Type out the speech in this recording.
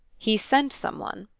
he sent some one?